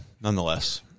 nonetheless